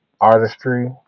artistry